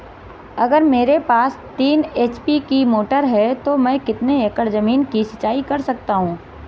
अगर मेरे पास तीन एच.पी की मोटर है तो मैं कितने एकड़ ज़मीन की सिंचाई कर सकता हूँ?